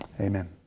Amen